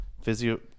physio